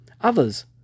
Others